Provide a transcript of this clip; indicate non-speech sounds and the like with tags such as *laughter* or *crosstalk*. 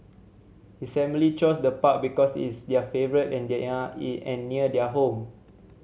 his family chose the park because it's their favourite and *unintelligible* and near their home